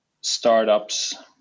startups